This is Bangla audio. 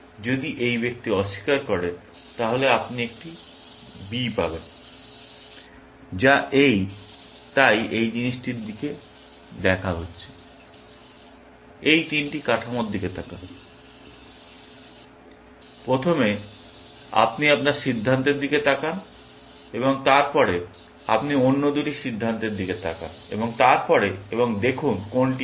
যদি এই ব্যক্তি অস্বীকার করে তাহলে আপনি একটি B পাবেন যা এই তাই এই জিনিসটির দিকে দেখা হচ্ছে এই তিনটি কাঠামোর দিকে তাকান প্রথমে আপনি আপনার সিদ্ধান্তের দিকে তাকান এবং তারপরে আপনি অন্য দুটি সিদ্ধান্তের দিকে তাকান এবং তারপরে এবং দেখুন কোনটি ভাল